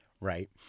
right